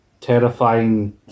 terrifying